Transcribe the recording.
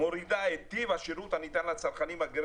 מורידה את טיב השירות הניתן לצרכנים הגרים